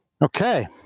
Okay